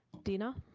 dena?